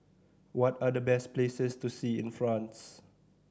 what are the best places to see in France